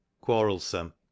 quarrelsome